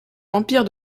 l’empire